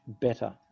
better